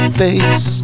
face